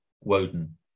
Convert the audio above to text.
Woden